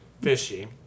Fishy